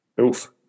Oof